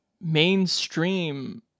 Mainstream